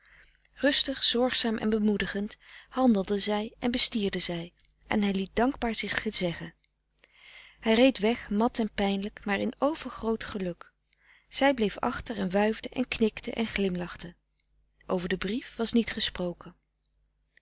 rustig zorgzaam en bemoedigend handelde zij en bestierde zij en hij liet dankbaar zich gezeggen hij reed weg mat en pijnlijk maar in overgroot geluk zij bleef achter en wuifde en knikte en glimlachte over den brief was niet gesproken